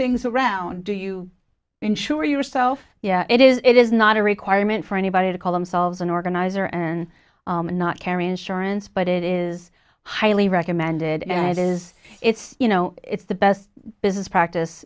things around do you ensure yourself yeah it is it is not a requirement for anybody to call themselves an organizer and not carry insurance but it is highly recommended and it is it's you know it's the best business practice